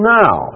now